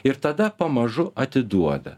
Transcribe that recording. ir tada pamažu atiduoda